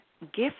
gift